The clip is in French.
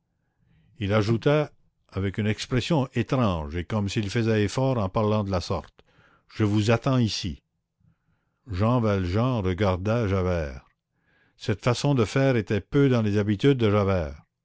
il ajouta avec une expression étrange et comme s'il faisait effort en parlant de la sorte je vous attends ici jean valjean regarda javert cette façon de faire était peu dans les habitudes de javert